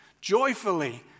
joyfully